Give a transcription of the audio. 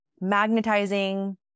magnetizing